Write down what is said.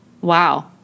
Wow